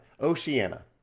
Oceania